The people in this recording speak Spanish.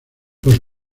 los